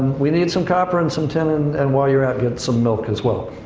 we need some copper and some tin, and and while you're out, get some milk, as well.